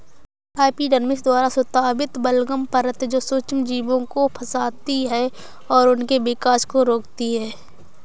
epidermis द्वारा स्रावित बलगम परत जो सूक्ष्मजीवों को फंसाती है और उनके विकास को रोकती है